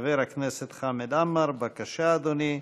חבר הכנסת חמד עמאר, בבקשה, אדוני.